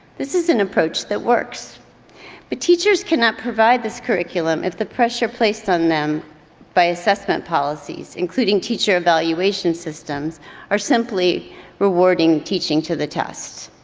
this is an approach that works but teachers cannot provide this curriculum if the pressure placed on them by assessment policies including teacher evaluation systems are simply rewarding teaching to the test.